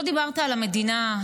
לא דיברת על המדינה,